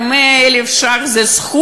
אבל 100,000 ש"ח,